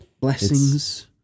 Blessings